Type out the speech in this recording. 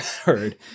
heard